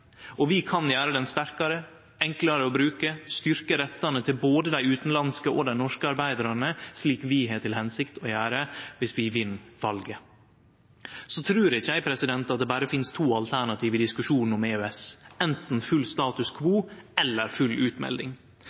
Og vi kan gjere ho sterkare og enklare å bruke, og styrkje rettane til både dei utanlandske og dei norske arbeidarane, slik vi har til hensikt å gjere dersom vi vinn valet. Eg trur ikkje at det berre finst to alternativ i diskusjonen om EØS: anten full status quo eller full utmelding.